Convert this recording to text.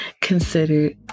considered